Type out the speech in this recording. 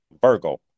Virgo